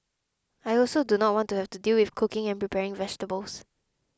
I also do not want to have to deal with cooking and preparing vegetables